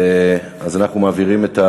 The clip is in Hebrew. אנחנו מצביעים.